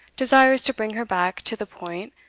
desirous to bring her back to the point,